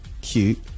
cute